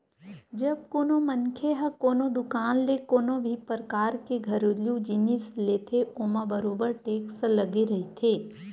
जब कोनो मनखे ह कोनो दुकान ले कोनो भी परकार के घरेलू जिनिस लेथे ओमा बरोबर टेक्स लगे रहिथे